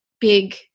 big